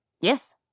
Yes